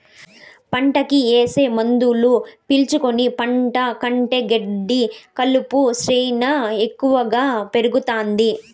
పంటకి ఏసే మందులు పీల్చుకుని పంట కంటే గెడ్డి కలుపు శ్యానా ఎక్కువగా పెరుగుతాది